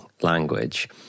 language